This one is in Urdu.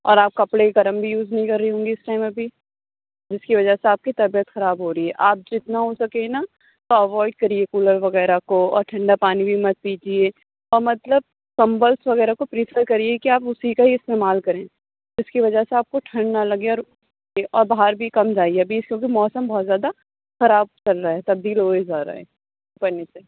اور آپ کپڑے گرم بھی یوز نہیں کر رہی ہوں گی اس ٹائم ابھی جس کی وجہ سے آپ کی طبیعت خراب ہو رہی ہے آپ جتنا ہو سکے نا ایوائڈ کرییے کولر وغیرہ کو اور ٹھنڈا پانی بھی مت پیجیے اور مطلب کمبل وغیرہ کو پریفر کریے کہ آپ اسی کا ہی استعمال کریں جس کی وجہ آپ کو ٹھنڈ نہ لگے اور باہر بھی کم جائیے ابھی اس وقت موسم بہت زیادہ خراب چل رہا ہے تبدیل ہوئے جا رہا ہے بائی نیچر